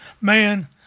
man